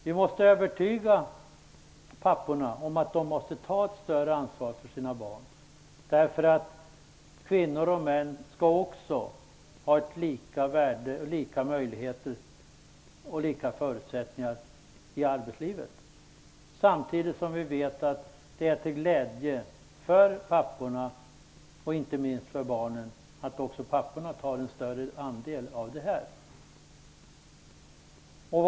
Vi måste övertyga papporna om att de måste ta ett större ansvar för sina barn, därför att kvinnor och män skall ha lika möjligheter och lika förutsättningar i arbetslivet. Samtidigt vet vi att det är till glädje för papporna och inte minst för barnen att papporna tar en större andel av föräldraledigheten.